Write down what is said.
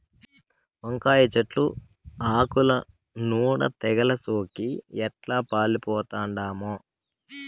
వంకాయ చెట్లు ఆకుల నూడ తెగలు సోకి ఎట్లా పాలిపోతండామో